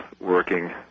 working